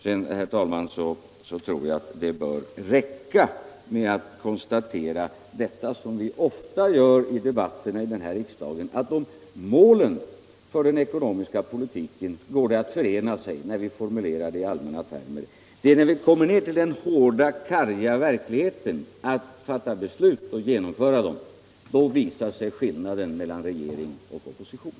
Sedan, herr talman, tror jag att det bör räcka med att konstatera — som vi så ofta gör i debatterna här i riksdagen — att om målen för den ekonomiska politiken går det att förena sig, när vi formulerar dem i allmänna termer; det är när vi kommer ner till den hårda karga verkligheten att fatta beslut och genomföra dem som skillnaden visar sig mellan regeringen och oppositionen.